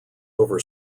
over